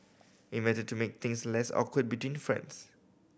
invented to make things less awkward between friends